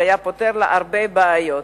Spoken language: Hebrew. שהיה פותר לה הרבה בעיות,